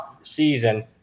season